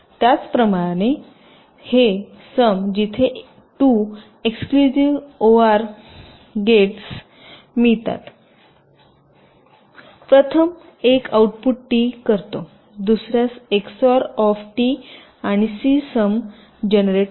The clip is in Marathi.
त्याचप्रकारे ही सम जिथे 2 एक्सक्लूसिव्ह ओआर गेट्स मिळतात प्रथम एक आउटपुट टी करतो दुसर्यास एक्सओर ऑफ t आणि सी सम जनरेट करते